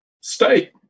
state